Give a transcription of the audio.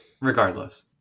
Regardless